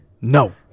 no